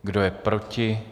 Kdo je proti?